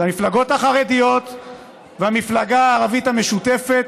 זה המפלגות החרדיות והמפלגה הערבית המשותפת,